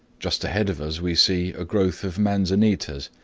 just ahead of us we see a growth of manzanitas,